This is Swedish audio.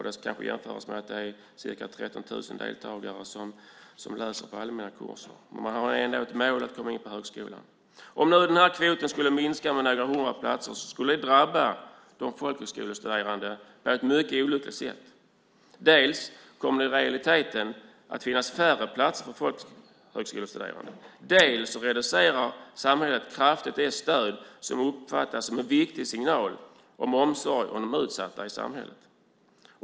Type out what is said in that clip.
Det ska jämföras med att det är ca 13 000 deltagare som läser på allmänna kurser och som har målet att komma in på högskolan. Om kvoten skulle minska med några hundra platser skulle det drabba de folkhögskolestuderande på ett mycket olyckligt sätt. Dels kommer det i realiteten att finnas färre platser för folkhögskolestuderande. Dels reducerar samhället kraftigt det stöd som uppfattats som en viktig signal om omsorg om de utsatta i samhället.